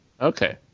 Okay